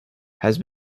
has